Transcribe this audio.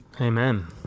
Amen